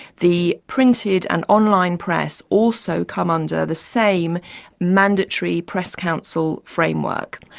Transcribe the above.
the printed and online press also come under the same mandatory press council framework.